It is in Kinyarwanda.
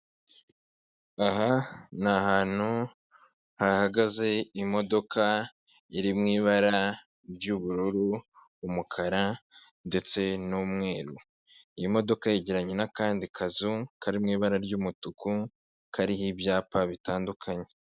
Aha ni ahantu hahagaze imodoka iri mu ibara ry'ubururu, umukara ndetse n'umweru. Iyi modoka yegeranye n'akandi kazu kari mu ibara ry'umutuku kariho ibyapa bitandukanye.